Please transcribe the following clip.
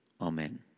Amen